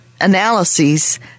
analyses